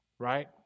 right